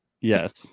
Yes